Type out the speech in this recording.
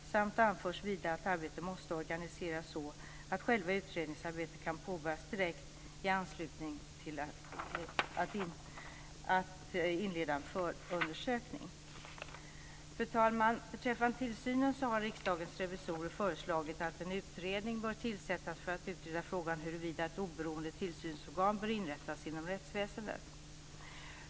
Vidare anförs att arbetet måste organiseras så att själva utredningsarbetet kan påbörjas direkt i anslutning till beslutet att inleda förundersökning. Fru talman! Beträffande tillsynen har Riksdagens revisorer föreslagit att en utredning bör tillsättas för att utreda frågan huruvida ett oberoende tillsynsorgan bör inrättas inom rättsväsendet.